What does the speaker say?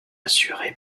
assuré